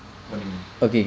what you mean